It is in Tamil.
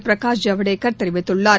பிரகாஷ் ஜவ்டேகர் தெரிவித்துள்ளார்